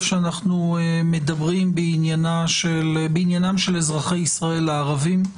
שאנחנו מדברים בעניינם של אזרחי ישראל הערבים.